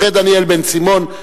אחרי דניאל בן-סימון,